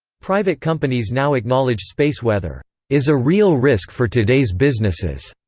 private companies now acknowledge space weather is a real risk for today's businesses.